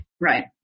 Right